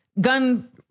gun